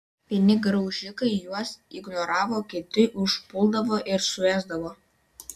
vieni graužikai juos ignoravo kiti užpuldavo ir suėsdavo